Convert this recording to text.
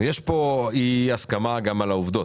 יש פה גם אי הסכמה על העובדות,